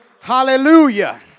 Hallelujah